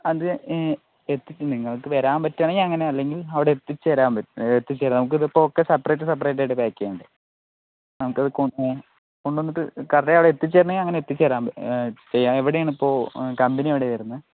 അത് എത്തിക്കാം നിങ്ങൾക്ക് വരാൻ പറ്റുവാണേൽ അങ്ങനെ അല്ലെങ്കിൽ അവിടെ എത്തിച്ചുതരാ എത്തിച്ചുതരാം നമുക്ക് ഇതിപ്പോൾ എല്ലാം സെപ്പറേറ്റ് സെപ്പറേറ്റ് പാക്ക് ചെയ്യണ്ടേ നമുക്ക് അത് കൊണ്ടുവന്നിട്ട് എത്തിച്ചുതരണേൽ അങ്ങനെ എത്തിച്ചു തരാം എവിടെയാണിപ്പോൾ കമ്പനി എവിടെയാണ് വരുന്നത്